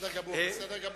אתה יודע מה הוא אמר לי?